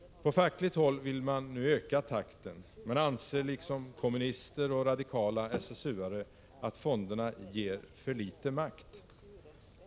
På fackligt håll vill man öka takten. Man anser liksom kommunister och radikala SSU-are att ”fonderna ger för lite makt”.